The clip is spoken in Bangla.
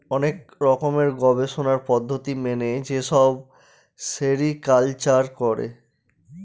অনেক রকমের গবেষণার পদ্ধতি মেনে যেসব সেরিকালচার করে